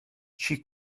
she